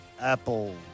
Apple